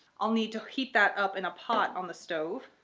i'll need to heat that up in a pot on the stove.